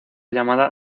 llamada